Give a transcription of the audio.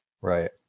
right